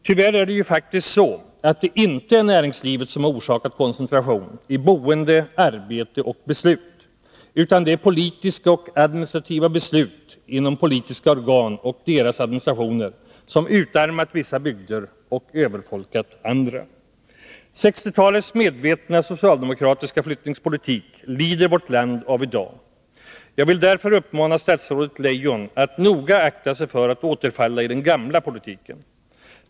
Tyvärr är det ju faktiskt så att det inte är näringslivet som har orsakat koncentration i boende, arbete och beslut, utan det är politiska och administrativa beslut inom politiska organ och deras administrationer som utarmat vissa bygder och överbefolkat andra. 1960-talets medvetna socialdemokratiska flyttningspolitik lider vårt land av i dag. Jag vill därför uppmana statsrådet Leijon att noga akta sig för att återfalla i den gamla politiken.